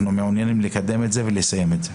אנחנו מעוניינים לקדם אותו ולסיים אותו.